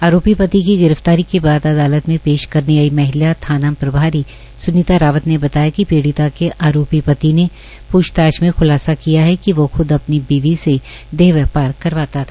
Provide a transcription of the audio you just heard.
आरोपी पति की गिरफ्तारी के बाद अदालत में पेश करने आई महिला थाना प्रभारी स्नीता रावत ने बताया कि पीड़िता के अरोपी पति ने पूछताछ में खुलासा किया कि वो खुद अपनी वीबी से देह व्यापार करवाता था